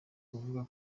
kuvuga